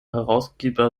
herausgeber